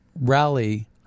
rally